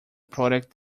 product